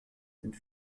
sind